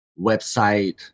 website